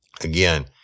Again